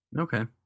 Okay